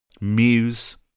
Muse